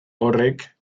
horrek